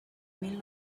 mil